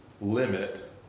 limit